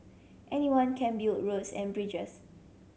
anyone can build roads and bridges